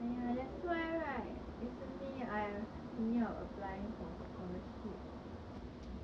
!aiya! that's why right recently I thinking of applying for scholarship then